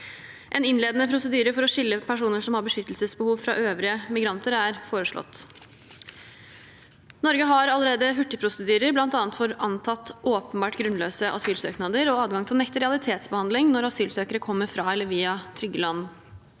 En innledende prosedyre for å skille personer som har beskyttelsesbehov, fra øvrige migranter, er foreslått. Norge har allerede hurtigprosedyrer, bl.a. for antatt åpenbart grunnløse asylsøknader og adgang til å nekte realitetsbehandling når asylsøkere kommer fra eller via trygge land.